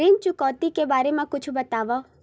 ऋण चुकौती के बारे मा कुछु बतावव?